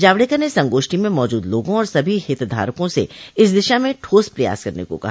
जावड़ेकर ने संगोष्ठी में मौजूद लोगों और सभी हितधारकों से इस दिशा में ठोस प्रयास करने को कहा